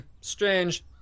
strange